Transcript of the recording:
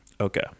Okay